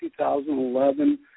2011